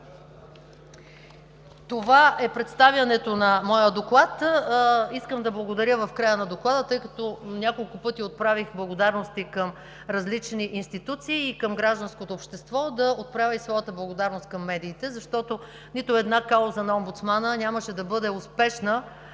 Това е представянето на моя доклад. Искам да благодаря в края на Доклада, тъй като няколко пъти отправих благодарности към различни институции и към гражданското общество, да отправя и своята благодарност към медиите, защото нито една кауза на омбудсмана нямаше да бъде успешна